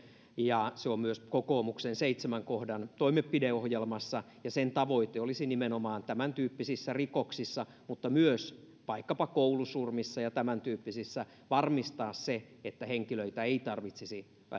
ja se on myös kokoomuksen seitsemän kohdan toimenpideohjelmassa sen tavoite olisi nimenomaan tämäntyyppisissä rikoksissa mutta myös vaikkapa koulusurmissa ja tämäntyyppisissä varmistaa se että henkilöitä ei tarvitsisi